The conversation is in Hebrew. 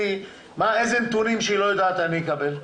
איזה נתונים שלא יודעים אני אקבל?